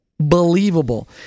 Believable